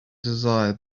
desire